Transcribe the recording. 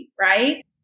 right